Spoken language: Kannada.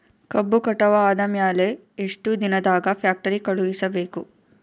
ಕಬ್ಬು ಕಟಾವ ಆದ ಮ್ಯಾಲೆ ಎಷ್ಟು ದಿನದಾಗ ಫ್ಯಾಕ್ಟರಿ ಕಳುಹಿಸಬೇಕು?